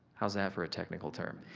how's that for a technical term?